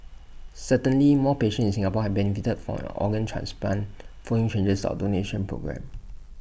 certainly more patients in Singapore have benefited from organ transplant following changes to our donation programmes